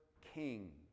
king